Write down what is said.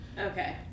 Okay